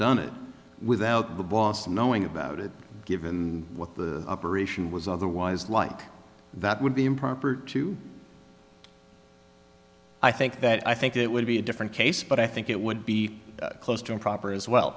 done it without the boss knowing about it given what the operation was otherwise like that would be improper to i think that i think it would be a different case but i think it would be close to improper as well